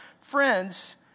friends